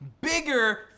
bigger